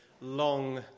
long